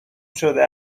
شده